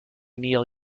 neil